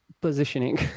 Positioning